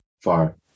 far